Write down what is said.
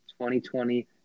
2020